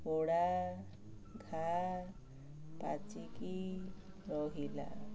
ପୋଡ଼ା ଘା ପାଚିକରି ରହିଲା